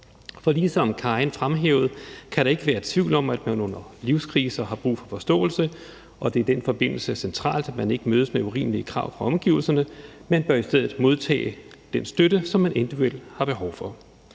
For ligesom Karin Liltorp fremhævede, kan der ikke være tvivl om, at man under livskriser har brug for forståelse, og at det i den forbindelse er centralt, at man ikke mødes med urimelige krav fra omgivelserne, men i stedet modtager den støtte, som man individuelt har behov for.